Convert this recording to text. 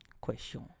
Question